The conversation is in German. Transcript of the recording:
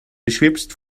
beschwipst